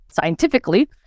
scientifically